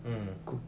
mm